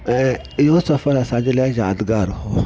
ऐं इहो सफ़रु असांजे लाइ यादगारु हुओ